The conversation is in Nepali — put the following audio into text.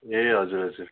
ए हजुर हजुर